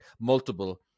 multiple